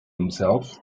himself